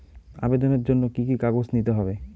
আবেদনের জন্য কি কি কাগজ নিতে হবে?